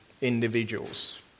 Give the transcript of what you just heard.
individuals